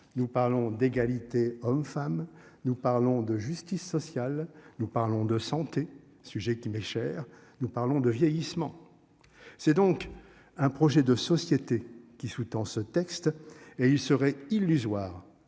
Nous parlons d'égalité homme femme. Nous parlons de justice sociale. Nous parlons de santé sujet qui m'est cher. Nous parlons de vieillissement. C'est donc un projet de société qui sous-tend ce texte et il serait illusoire.